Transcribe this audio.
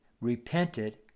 repented